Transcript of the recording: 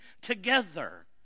together